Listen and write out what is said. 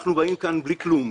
אנחנו באים כאן בלי כלום,